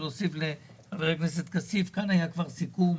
חבר הכנסת כסיף, היה כאן כבר סיכום